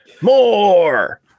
More